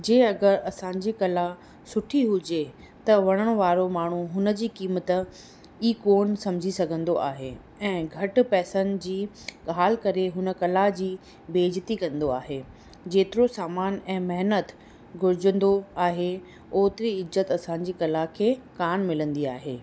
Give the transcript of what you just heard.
जे अगरि असां जी कला सुठी हुजे त वणणु वारो माण्हू हुन जी क़ीमत ई कोन सम्झी सघंदो आहे ऐं घटि पैसनि जी ॻाल्हि करे हुन कला जी बेइज़ती कंदो आहे जेतिरो सामानु ऐं महनत घुरजंदो आहे ओतिरी इज़त असां जी कला खे कान मिलंदी आहे